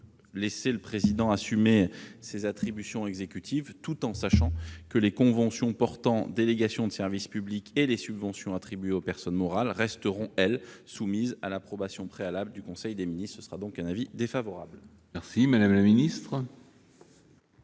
laisser le président assumer ses attributions exécutives, étant entendu que les conventions portant délégation de service public et les subventions attribuées aux personnes morales resteront, elles, soumises à l'approbation préalable du conseil des ministres. L'avis est donc défavorable. Quel est